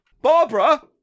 Barbara